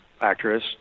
actress